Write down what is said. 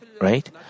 right